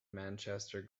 manchester